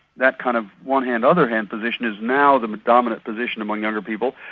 that kind of one hand other hand position is now the dominant position among younger people,